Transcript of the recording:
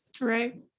Right